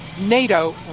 NATO